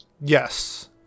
Yes